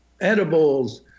edibles